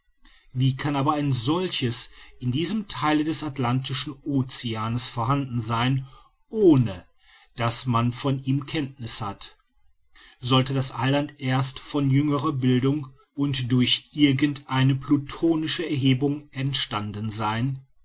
wie kann aber ein solches in diesem theile des atlantischen oceans vorhanden sein ohne daß man von ihm kenntniß hat sollte das eiland erst von jüngerer bildung und durch irgend eine plutonische erhebung entstanden sein